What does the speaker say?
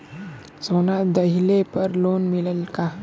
सोना दहिले पर लोन मिलल का?